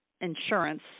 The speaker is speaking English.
insurance